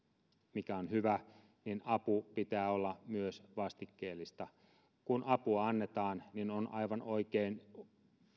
mikä on hyvä niin avun pitää olla myös vastikkeellista kun apua annetaan niin on aivan oikein